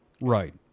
right